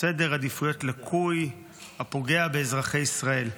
סדר עדיפויות לקוי הפוגע באזרחי ישראל.